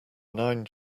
nine